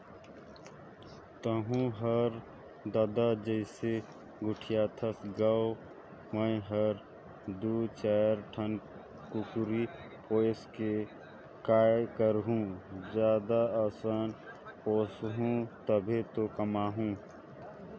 तहूँ हर ददा जइसे गोठियाथस गा मैं हर दू चायर ठन कुकरी पोयस के काय करहूँ जादा असन पोयसहूं तभे तो कमाहूं